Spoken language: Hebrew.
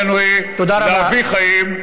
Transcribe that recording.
מטרתנו היא להביא חיים,